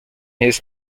his